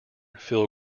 phil